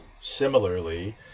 similarly